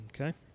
Okay